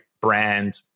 brand